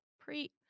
pre